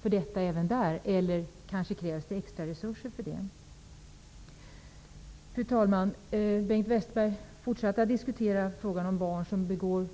för detta eller om det krävs extra resurser. Fru talman! Bengt Westerberg fortsatte att diskutera frågan om barn som begår